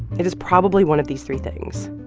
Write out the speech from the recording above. it is probably one of these three things.